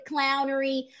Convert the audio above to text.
clownery